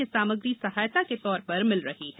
ये सामग्री सहायता के तौर पर मिल रही है